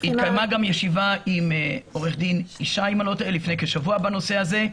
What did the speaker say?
התקיימה גם ישיבה עם עו"ד ישי אילן לפני כשבוע בנושא הזה,